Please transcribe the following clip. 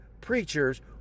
preachers